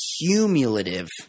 cumulative